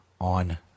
on